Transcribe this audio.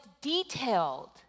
detailed